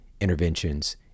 Interventions